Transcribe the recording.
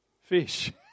fish